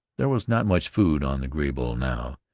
there was not much food on the graybull now.